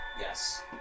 Yes